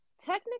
technically